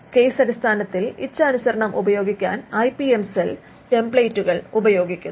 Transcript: അതായത് കേസ് അടിസ്ഥാനത്തിൽ ഇച്ഛാനുസരണം ഉപയോഗിക്കാൻ ഐ പി എം സെൽ ടെംപ്ലേറ്റുകൾ ഉപയോഗിക്കുന്നു